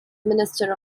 minister